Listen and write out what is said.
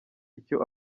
icyo